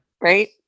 Right